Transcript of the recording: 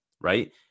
right